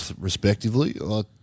respectively